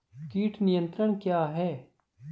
कीट नियंत्रण क्या है?